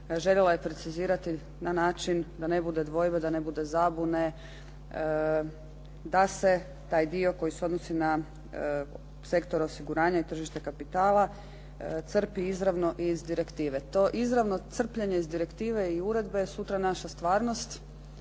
željela je precizirati na način da ne bude dvojbe, da ne bude zablude da se taj dio koji se odnosi na sektor osiguranja i tržište kapitala crpi izravno iz direktive. To izravno crpljenje iz direktive i uredbe je sutra naša stvarnost.